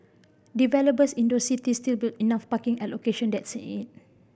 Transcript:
developers in those cities still build enough parking at location that's it